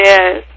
Yes